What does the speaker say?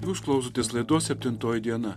jūs klausotės laidos septintoji diena